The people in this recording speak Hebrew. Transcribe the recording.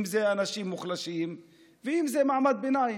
אם זה אנשים מוחלשים ואם זה מעמד ביניים.